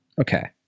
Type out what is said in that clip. okay